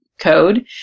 code